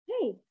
hey